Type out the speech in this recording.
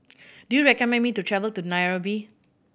do you recommend me to travel to Nairobi